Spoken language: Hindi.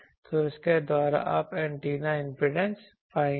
तो इसके द्वारा आप एंटीना इम्पीडेंस पाएंगे